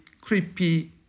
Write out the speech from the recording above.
creepy